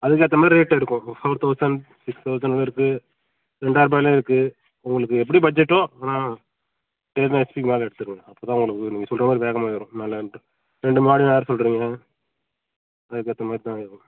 அதுக்கேற்ற மாதிரி ரேட் எடுக்கும் ஃபோர் தௌசண்ட் சிக்ஸ் தௌசண்ட்டில் இருக்குது ரெண்டாயரருபாலையும் இருக்குது உங்களுக்கு எப்படி பட்ஜெட்டோ டென் ஹெச்பிக்கு மேலே எடுத்துக்கோங்க அப்போ தான் உங்களுக்கு நீங்கள் சொல்கிற மாதிரி வேகமாக ஏறும் மேலே வந்துட்டு ரெண்டு மாடின்னு வேறு சொல்கிறீங்க அதுக்கேற்ற மாதிரி தான் ஏறும்